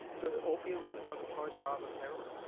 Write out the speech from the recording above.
so opium is the drug of choice rather than heroin?